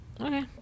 Okay